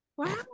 Wow